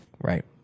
right